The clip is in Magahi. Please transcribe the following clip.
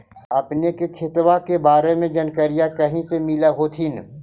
अपने के खेतबा के बारे मे जनकरीया कही से मिल होथिं न?